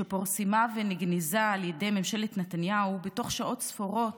שפורסמה ונגנזה על ידי ממשלת נתניהו בתוך שעות ספורות,